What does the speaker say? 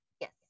Yes